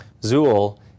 Zool